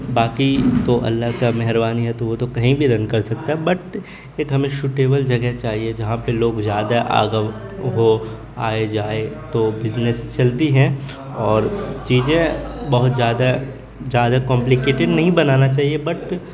باقی تو اللہ کا مہربانی ہے تو وہ تو کہیں بھی رن کر سکتا ہے بٹ ایک ہمیں سوٹیبل جگہ چاہیے جہاں پہ لوگ زیادہ آگو ہو آئے جائے تو بزنس چلتی ہیں اور چیزیں بہت زیادہ زیادہ کمپلیکیٹڈ نہیں بنانا چاہیے بٹ